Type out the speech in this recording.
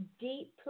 deeply